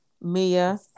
Mia